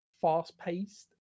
fast-paced